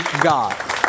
God